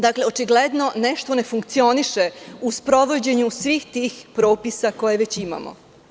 Dakle, očigledno nešto ne funkcioniše u sprovođenju svih tih propisa koje već imamo.